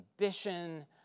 ambition